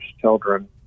children